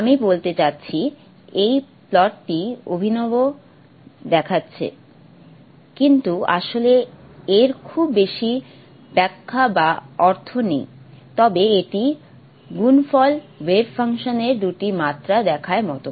আমি বলতে চাচ্ছি এই প্লটটি অভিনব দেখাচ্ছে কিন্তু আসলে এর খুব বেশি ব্যাখ্যা বা অর্থ নেই তবে এটি গুণফল ওয়েভ ফাংশন এর দুটি মাত্রা দেখার মতো